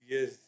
Yes